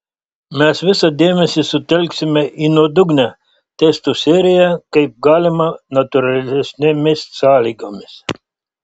mes visą dėmesį sutelksime į nuodugnią testų seriją kaip galima natūralesnėmis sąlygomis